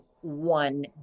one